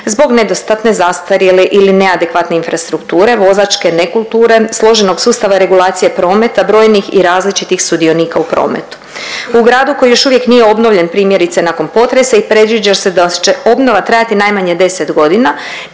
zbog nedostatne, zastarjele ili neadekvatne infrastrukture, vozačke nekulture, složenog sustava regulacije prometa, brojnih i različitih sudionika u prometu. U gradu koji još uvijek nije obnovljen primjerice nakon potresa i predviđa se da će obnova trajati najmanje 10 godina